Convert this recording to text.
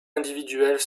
individuels